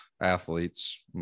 athletes